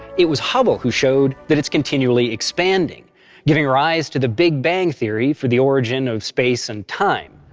it was hubble who showed that it's continually expanding giving rise to the big bang theory for the origin of space and time.